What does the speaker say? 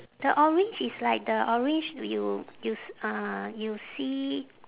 the orange is like the orange you you s~ uh you see